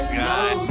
god